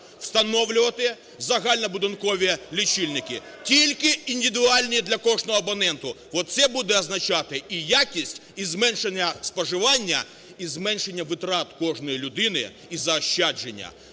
встановлювати загальнобудинкові лічильники. Тільки індивідуальні для кожного абонента! Оце буде означати і якість, і зменшення споживання, і зменшення витрат кожної людини, і заощадження.